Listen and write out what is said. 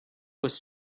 was